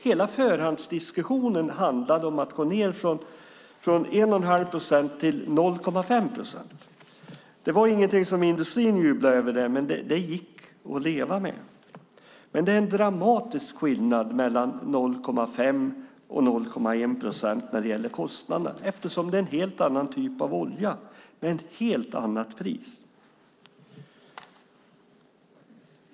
Hela förhandsdiskussionen handlade om att gå ned från 1 1⁄2 procent till 0,5 procent. Det var ingenting som industrin jublade över, men det gick att leva med. Det är en dramatisk skillnad mellan 0,5 och 0,1 procent när det gäller kostnaderna eftersom det är fråga om en helt annan typ av olja med ett helt annat pris.